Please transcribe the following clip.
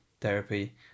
therapy